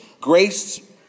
Grace